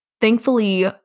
thankfully